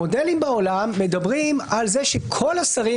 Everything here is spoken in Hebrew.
המודלים בעולם מדברים על זה שכל השרים